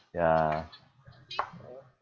ya